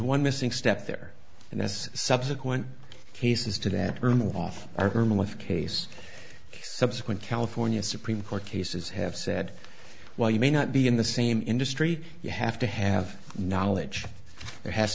one missing step there and that's subsequent cases to that room off erm with case subsequent california supreme court cases have said well you may not be in the same industry you have to have knowledge there has